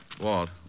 Walt